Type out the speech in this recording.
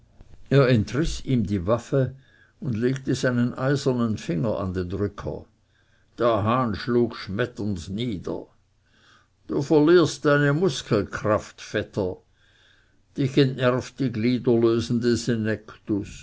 entriß ihm die waffe und legte seinen eisernen finger an den drücker der hahn schlug schmetternd nieder du verlierst deine muskelkraft vetter dich entnervt die gliederlösende